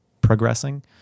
progressing